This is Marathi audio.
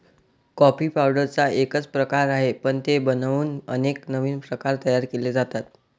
कॉफी पावडरचा एकच प्रकार आहे, पण ते बनवून अनेक नवीन प्रकार तयार केले जातात